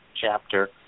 chapter